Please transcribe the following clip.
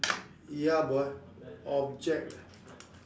ya boy object